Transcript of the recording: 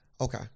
Okay